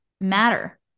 matter